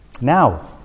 now